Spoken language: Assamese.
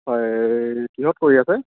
হয় কিহত কৰি আছে